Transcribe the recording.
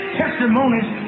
testimonies